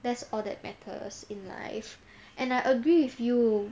that's all that matters in life and I agree with you